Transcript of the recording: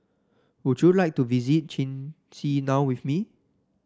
would you like to visit Chisinau with me